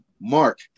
Mark